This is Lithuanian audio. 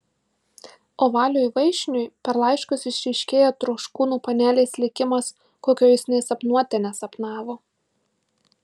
o valiui vaišniui per laiškus išryškėja troškūnų panelės likimas kokio jis nė sapnuote nesapnavo